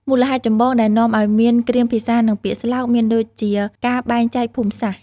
មូលហេតុចម្បងដែលនាំឲ្យមានគ្រាមភាសានិងពាក្យស្លោកមានដូចជា ការបែកចែកភូមិសាស្ត្រ។